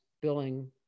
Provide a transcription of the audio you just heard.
billing